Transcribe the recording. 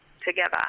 together